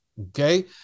okay